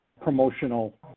promotional